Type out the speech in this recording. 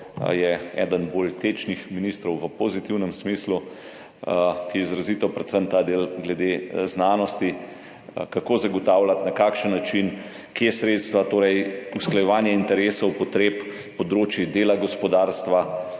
je eden bolj tečnih ministrov, v pozitivnem smislu – izrazito predvsem v tem delu glede znanosti, kako zagotavljati, na kakšen način, od kje sredstva, torej usklajevanje interesov, potreb, področij dela gospodarstva